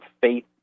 faith